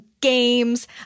games